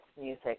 Music